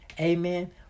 Amen